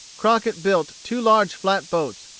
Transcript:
crockett built two large flat-boats,